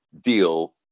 deal